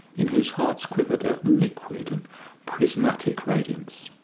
in whose hearts quivered a liquid and prismatic radiance.